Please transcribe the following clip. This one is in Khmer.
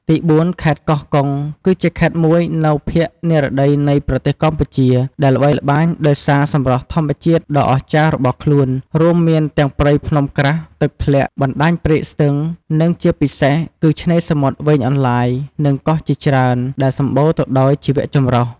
ទីបួន ខេត្តកោះកុង គឺជាខេត្តមួយនៅភាគនិរតីនៃប្រទេសកម្ពុជា ដែលល្បីល្បាញដោយសារសម្រស់ធម្មជាតិដ៏អស្ចារ្យរបស់ខ្លួន រួមមានទាំងព្រៃភ្នំក្រាស់ ទឹកធ្លាក់ បណ្តាញព្រែកស្ទឹង និងជាពិសេសគឺ ឆ្នេរសមុទ្រវែងអន្លាយ និងកោះជាច្រើន ដែលសម្បូរទៅដោយជីវៈចម្រុះ។